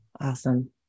Awesome